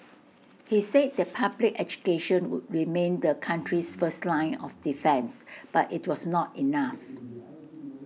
he said that public education would remain the country's first line of defence but IT was not enough